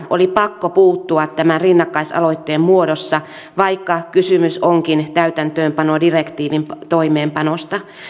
oli pakko puuttua tämän rinnakkaisaloitteen muodossa vaikka kysymys onkin täytäntöönpanodirektiivin toimeenpanosta